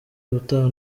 ubutaha